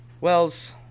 Wells